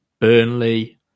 Burnley